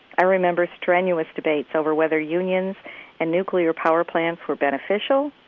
i remember strenuous debates over whether unions and nuclear power plants were beneficial,